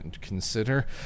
consider